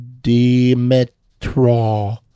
Dimitro